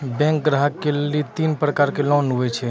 Bank ग्राहक के लेली तीन प्रकर के लोन हुए छै?